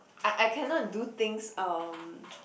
I I cannot do things um